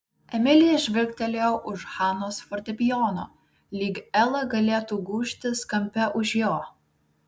emilija žvilgtelėjo už hanos fortepijono lyg ela galėtų gūžtis kampe už jo